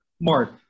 Mark